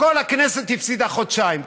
כל הכנסת הפסידה חודשיים.